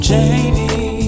Jamie